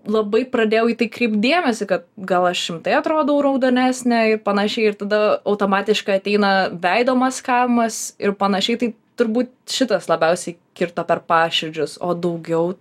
labai pradėjau į tai kreipt dėmesį kad gal aš rimtai atrodau raudonesnė ir panašiai ir tada automatiškai ateina veido maskavimas ir panašiai tai turbū šitas labiausiai kirto per paširdžius o daugiau